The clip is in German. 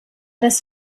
das